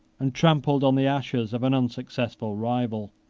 and trampled on the ashes of an unsuccessful rival.